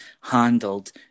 handled